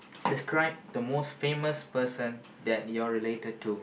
describe the most famous person that you're related to